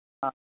ꯑꯥ